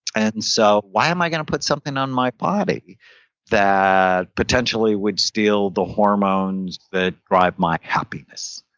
and and so why am i going to put something on my body that potentially would steal the hormones that drive my happiness?